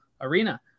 Arena